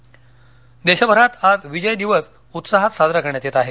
विजय दिवस देशभरात आज विजय दिवस उत्साहात साजरा करण्यात येत आहे